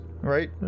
Right